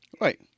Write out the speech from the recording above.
Right